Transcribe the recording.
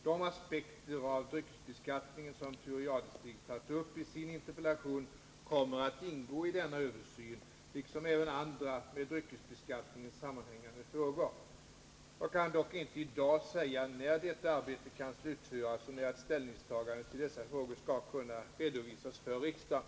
De aspekter på dryckesbeskattningen som Thure Jadestig tagit upp i sin interpellation kommer att ingå i denna översyn liksom även andra med dryckesbeskattningen sammanhängande frågor. Jag kan inte i dag säga när detta arbete kan IT slutföras och när ett ställningstagande till dessa frågor skall kunna redovisas för riksdagen.